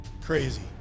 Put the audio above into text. crazy